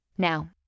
Now